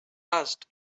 asked